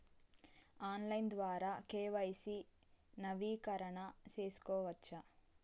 Online ద్వారా KYC నవీకరణ సేసుకోవచ్చా?